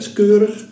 keurig